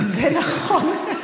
זה נכון.